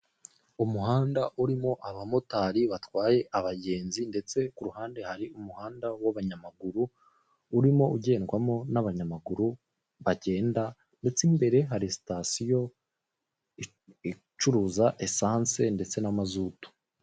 Umuhanda urimo abamotari batwaye abagenzi ndetse ku ruhande hari umuhanda w'abanyamaguru, urimo ugendwamo n'abanyamaguru bagenda ndetse imbere hari sitasiyo icuruza esanse ndetse n'amazutu.